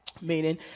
meaning